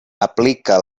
aplica